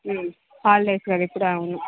holidays కదా ఇప్పుడు అవును